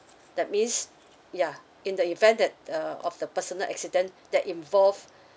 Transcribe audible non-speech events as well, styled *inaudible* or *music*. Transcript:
that's mean ya in the event that uh of the personal accident that involve *breath*